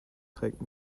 trägt